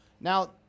now